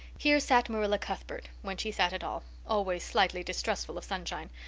here sat marilla cuthbert, when she sat at all, always slightly distrustful of sunshine,